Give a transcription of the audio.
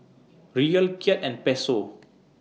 Riyal Kyat and Peso